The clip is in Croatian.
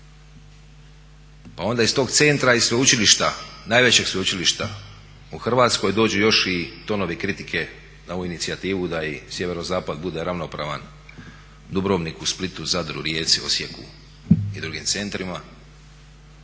Pa onda iz tog centra i sveučilišta, najvećeg sveučilišta u Hrvatskoj dođu još i tonovi kritike na ovu inicijativu da i sjeverozapad bude ravnopravan Dubrovniku, Splitu, Zadru, Rijeci, Osijeku i drugim centrima.